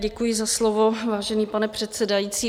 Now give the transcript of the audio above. Děkuji za slovo, vážený pane předsedající.